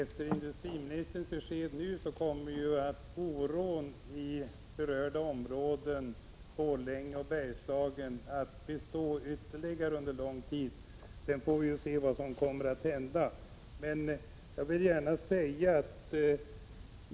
Fru talman! Efter det besked som industriministern nu givit kommer oron i berörda områden, i Borlänge och i Bergslagen i övrigt, att bestå under lång tid framöver.